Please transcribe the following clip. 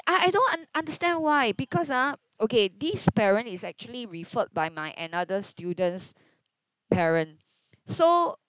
I I don't un~ understand why because ah okay this parent is actually referred by my another student's parent so